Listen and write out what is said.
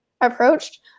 approached